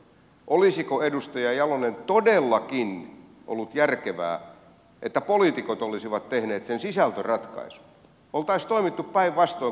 olisiko edustaja jalonen todellakin ollut järkevää että poliitikot olisivat tehneet sen sisältöratkaisun oltaisiin toimittu päinvastoin kuin nyt toimittiin